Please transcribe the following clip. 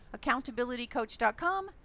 accountabilitycoach.com